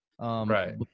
Right